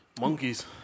Monkeys